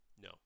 no